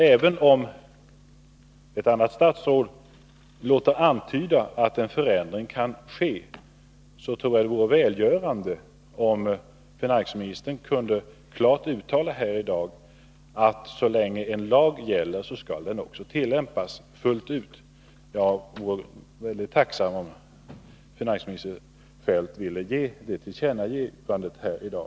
Även om ett annat statsråd låter antyda att en förändring kan ske, tror jag att det vore välgörande om finansministern här i dag klart kunde uttala att så länge en lag gäller skall den också tillämpas fullt ut. Jag vore mycket tacksam om finansminister Feldt ville göra det tillkännagivandet här i dag.